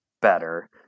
better